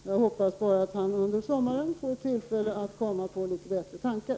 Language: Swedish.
Jag hoppas bara att Arne Andersson under sommaren får tillfälle att komma på litet bättre tankar.